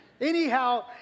Anyhow